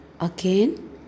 Again